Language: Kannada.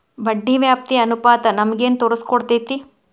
ಬಡ್ಡಿ ವ್ಯಾಪ್ತಿ ಅನುಪಾತ ನಮಗೇನ್ ತೊರಸ್ಕೊಡ್ತೇತಿ?